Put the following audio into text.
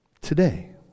Today